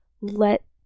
let